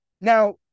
Now